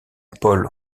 paul